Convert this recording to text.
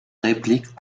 réplique